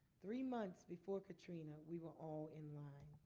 three months before katrina we were all in line.